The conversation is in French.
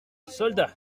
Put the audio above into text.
soldats